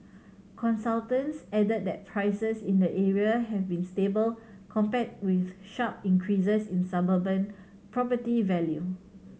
consultants added that prices in the area have been stable compared with sharp increases in suburban property value